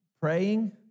praying